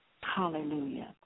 Hallelujah